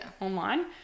online